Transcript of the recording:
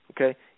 okay